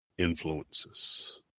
influences